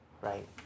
right